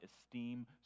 esteem